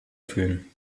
fühlen